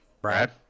Brad